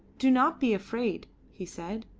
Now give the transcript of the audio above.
do not be afraid, he said.